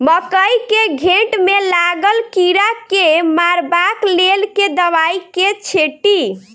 मकई केँ घेँट मे लागल कीड़ा केँ मारबाक लेल केँ दवाई केँ छीटि?